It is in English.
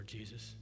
Jesus